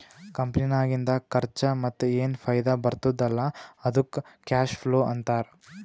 ಕಂಪನಿನಾಗಿಂದ್ ಖರ್ಚಾ ಮತ್ತ ಏನ್ ಫೈದಾ ಬರ್ತುದ್ ಅಲ್ಲಾ ಅದ್ದುಕ್ ಕ್ಯಾಶ್ ಫ್ಲೋ ಅಂತಾರ್